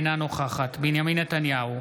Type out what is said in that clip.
אינה נוכחת בנימין נתניהו,